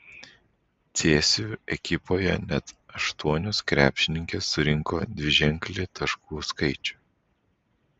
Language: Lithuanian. cėsių ekipoje net aštuonios krepšininkės surinko dviženklį taškų skaičių